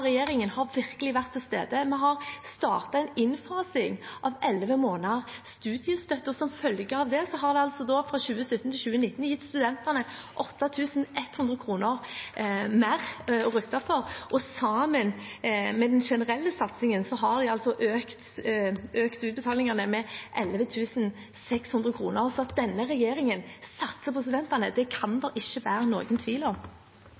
regjeringen har virkelig vært til stede. Vi har startet en innfasing av elleve måneders studiestøtte, og som følge av det har studentene fra 2017 til 2019 fått 8 100 kr mer å rutte med. Sammen med den generelle satsingen har det økt utbetalingene med 11 600 kr. At denne regjeringen satser på studentene, kan det ikke være noen tvil om.